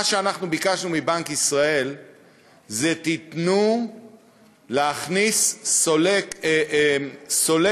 מה שאנחנו ביקשנו מבנק ישראל זה: תנו להכניס סולק נוסף,